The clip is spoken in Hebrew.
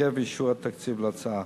התעכב אישור התקציב להצעה.